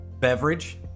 beverage